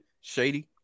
Shady